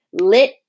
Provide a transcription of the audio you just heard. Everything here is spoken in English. Lit